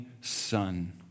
son